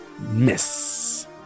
Miss